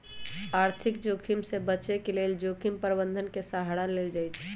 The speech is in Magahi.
आर्थिक जोखिम से बचे के लेल जोखिम प्रबंधन के सहारा लेल जाइ छइ